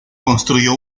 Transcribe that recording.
construyó